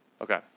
Okay